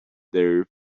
their